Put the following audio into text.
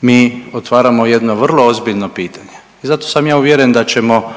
mi otvaramo jedno vrlo ozbiljno pitanje i zato sam ja uvjeren da ćemo